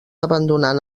abandonant